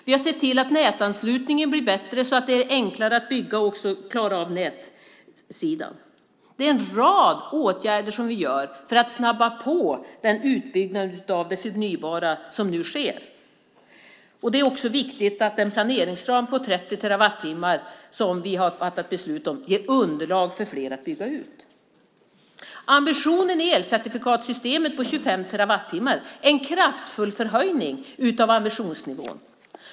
Vi har sett till att nätanslutningen blir bättre, så att det är enklare att bygga och också klara av nätsidan. Det är en rad åtgärder som vi vidtar för att snabba på den utbyggnad av det förnybara som nu sker. Det är också viktigt att den planeringsram på 30 terawattimmar som vi har fattat beslut om ger underlag för fler att bygga ut. Ambitionen i elcertifikatssystemet på 25 terawattimmar är en kraftfull förhöjning av ambitionsnivån.